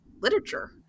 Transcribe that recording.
literature